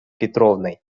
петровной